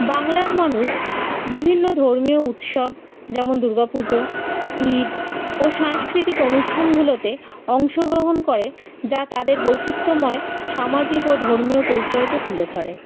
বাংলার মানুষ বিভিন্ন ধর্মীয় উৎসব যেমন দুর্গা পুজো ইদ ও সাংস্কৃতিক অনুষ্ঠানগুলোতে অংশগ্রহণ করে যা তাদের বৈচিত্র্যময় সামাজিক ও ধর্মীয় পরিচয়কে তুলে ধরে